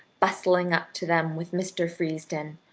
bustling up to them with mr. freesden.